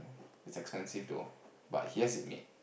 it's expensive too but he has it made